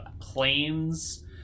planes